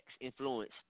influence